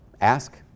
Ask